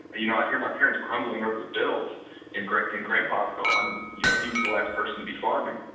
and you know i hear my parents grumbling over the bills and grandpa and grandpa is gone, and you know he was the last person to be farming.